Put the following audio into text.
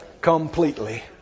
completely